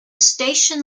station